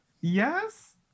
yes